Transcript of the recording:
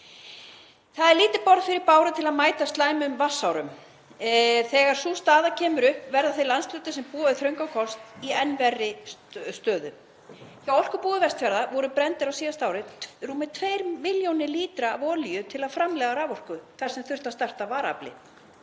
Það er lítið borð fyrir báru til að mæta slæmum vatnsárum. Þegar sú staða kemur upp verða þeir landshlutar sem búa við þröngan kost í enn verri stöðu. Hjá Orkubúi Vestfjarða voru brenndar á síðasta ári rúmar tvær milljónir lítra af olíu til að framleiða raforku þar sem þurfti að starta varaafli.